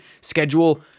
schedule